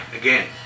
again